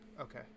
Okay